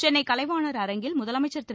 சென்னை கலைவாணர் அரங்கில் முதலமைச்சர் திரு